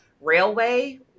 railway